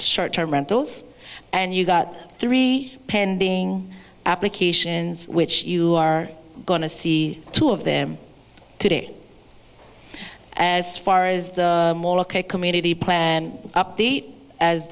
short term rentals and you got three pending applications which you are going to see two of them today as far as the community plan update as